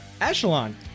Echelon